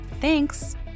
Thanks